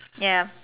ya